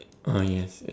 (uh huh) yes yes